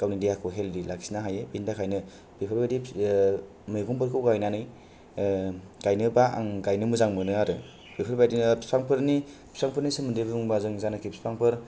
गावनि देहाखौ हेलधि लाखिनो हायो बेनि थाखायनो बेफोरबादि मैगंफोरखौ गायनानै गायनोबा आं गायनो मोजां मोनो आरो बेफोर बादिनो बिफांफोरनि